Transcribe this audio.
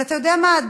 אבל אתה יודע מה?